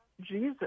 Jesus